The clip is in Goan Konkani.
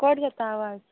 कट जाता आवाज